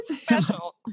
Special